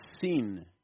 sin